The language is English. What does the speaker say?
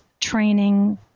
training